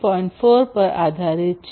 4 પર આધારિત છે